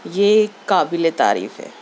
یہ قابلِ تعریف ہے